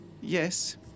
Yes